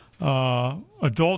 adult